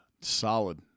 Solid